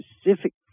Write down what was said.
specific